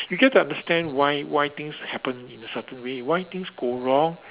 you get to understand why why things happen in a certain way why things go wrong